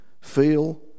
feel